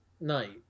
night